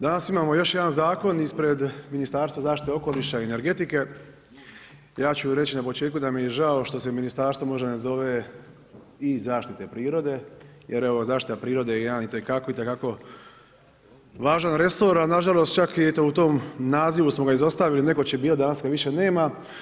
Danas imamo još jedan zakon ispred Ministarstva zaštite okoliša i energetike, ja ću reći na početku da mi je žao što se ministarstvo možda ne zove i zaštite prirode, jer evo, zaštita prirode je jedan itekako, itekako važan resor, a nažalost, čak i eto u tom nazivu smo ga izostali, netko će birati, danas ga više nema.